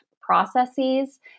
processes